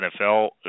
NFL